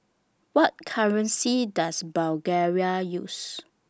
What currency Does Bulgaria use